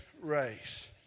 race